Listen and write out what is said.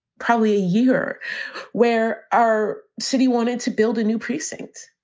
probably a year where our city wanted to build a new precinct.